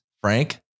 Frank